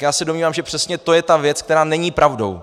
Já se domnívám, že přesně to je ta věc, která není pravdou.